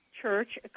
church